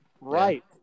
Right